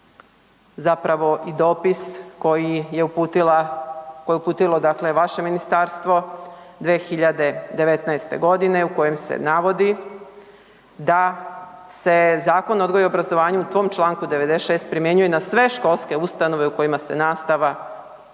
zapravo i dopis koje je uputilo vaše ministarstvo 2019. godine u kojem se navodi da se Zakon o odgoju i obrazovanju u tom čl. 96. primjenjuje na sve školske ustanove u kojima se nastava